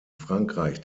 frankreich